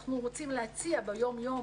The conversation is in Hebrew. אנחנו רוצים להציע ביום יום,